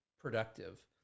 productive